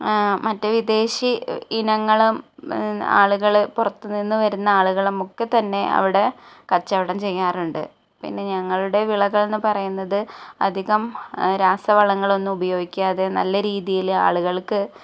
മറ്റ് വിദേശി ഇനങ്ങളും ആളുകള് പുറത്ത് നിന്ന് വരുന്ന ആളുകള് മുക്ക് തന്നെ അവിടെ കച്ചവടം ചെയ്യാറുണ്ട് പിന്നെ ഞങ്ങളുടെ വിളകൾ എന്ന് പറയുന്നത് അധികം രാസ വളങ്ങളൊന്നും ഉപയോഗിക്കാതെ നല്ല രീതിയില് ആളുകൾക്ക്